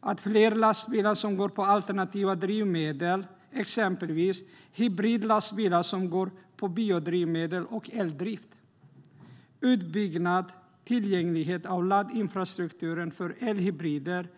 om att fler lastbilar går på alternativa drivmedel, exempelvis hybridlastbilar som går på biodrivmedel och är eldrivna. Det handlar om utbyggnad och tillgänglighet när det gäller laddinfrastrukturen för elhybrider.